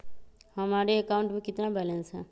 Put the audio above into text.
हमारे अकाउंट में कितना बैलेंस है?